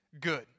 good